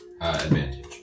advantage